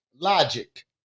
logic